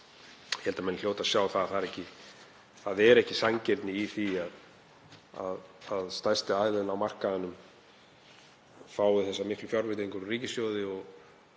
Ég held að menn hljóti að sjá að það er ekki sanngirni í því að stærsti aðilinn á markaði fái þessar miklu fjárveitingar úr ríkissjóði